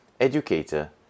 educator